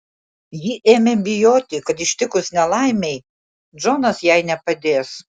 ji ėmė bijoti kad ištikus nelaimei džonas jai nepadės